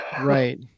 right